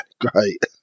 great